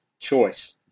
choice